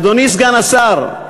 אדוני סגן השר,